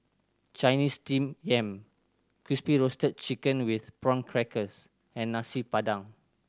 Chinese Steamed Yam Crispy Roasted Chicken with Prawn Crackers and Nasi Padang